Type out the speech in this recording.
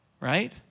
right